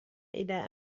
إلى